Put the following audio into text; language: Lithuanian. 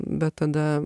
bet tada